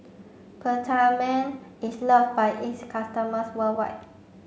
Peptamen is loved by its customers worldwide